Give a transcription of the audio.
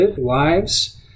lives